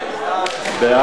נתקבלה.